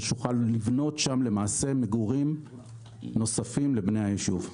כדי שנוכל לבנות שם מגורים נוספים לבני היישוב.